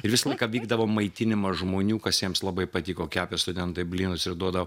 ir visą laiką vykdavo maitinimas žmonių kas jiems labai patiko kepė studentai blynus ir duoda